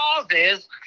causes